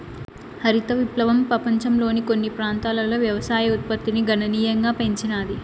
హరిత విప్లవం పపంచంలోని కొన్ని ప్రాంతాలలో వ్యవసాయ ఉత్పత్తిని గణనీయంగా పెంచినాది